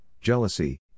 jealousy